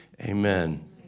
Amen